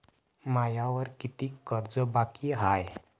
मायावर कितीक कर्ज बाकी हाय?